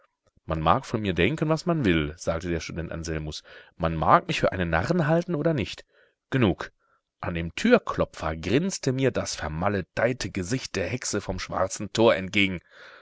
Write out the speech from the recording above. man mag von mir denken was man will sagte der student anselmus man mag mich für einen narren halten oder nicht genug an dem türklopfer grinste mir das vermaledeite gesicht der hexe vom schwarzen tor entgegen